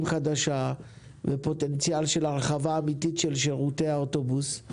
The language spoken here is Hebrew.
חדשה ופוטנציאל של הרחבה אמיתית של שירותי האוטובוס,